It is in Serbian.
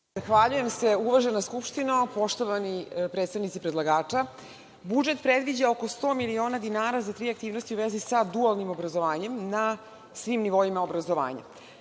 Zahvaljujem se. Uvažena Skupštino, poštovani predsednici predlagača, budžet predviđa oko 100 miliona dinara za tri aktivnosti u vezi sa dualnim obrazovanjem na svim nivoima obrazovanja.